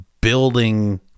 building